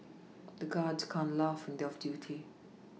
the guards can't laugh when they are on duty